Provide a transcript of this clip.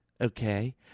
okay